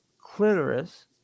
clitoris